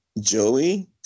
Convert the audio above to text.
Joey